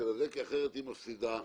כי אחרת היא מפסידה רווח.